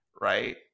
right